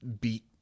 beat